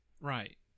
Right